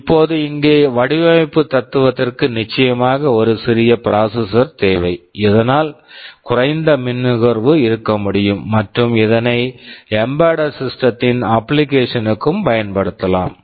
இப்போது இங்கே வடிவமைப்பு தத்துவத்திற்கு நிச்சயமாக ஒரு சிறிய ப்ராசஸர் processor தேவை இதனால் குறைந்த மின் நுகர்வு இருக்க முடியும் மற்றும் இதனை எம்பெட்டட் சிஸ்டம் embedded system த்தின் அப்ளிகேஷன் application க்கும் பயன்படுத்தலாம்